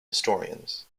historians